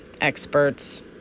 experts